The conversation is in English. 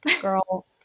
Girl